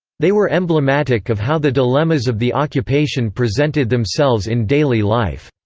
they were emblematic of how the dilemmas of the occupation presented themselves in daily life.